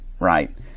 right